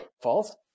false